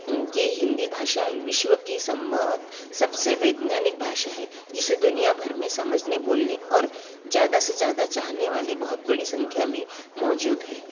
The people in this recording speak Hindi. ये हिंदी भाषा विश्व की सम्भवतः सबसे वैज्ञानिक भाषा है जिसे दुनिया भर में समझने बोलने और ज़्यादा से ज़्यादा चाहने वाले बहुत बड़ी संख्या में मौजूद हैं